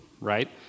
right